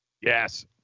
Yes